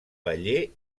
paller